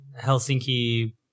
Helsinki